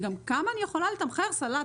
גם כמה אני יכולה לתמחר סלט?